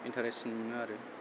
इनटारेस्टसिन मोनो आरो